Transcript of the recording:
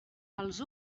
els